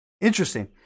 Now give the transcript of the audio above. interesting